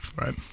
Right